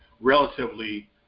relatively